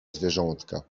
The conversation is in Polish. zwierzątka